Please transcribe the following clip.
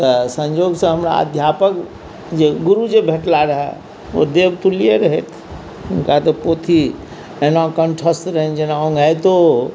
तऽ संजोग से हमरा अध्यापक जे गुरु जे भेटला रहय ओ देवतुल्ये रहथि हुनका तऽ पोथी एना कंठस्थ रहनि जे ओंघैतो